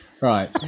Right